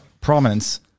prominence